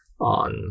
on